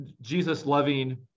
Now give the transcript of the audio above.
Jesus-loving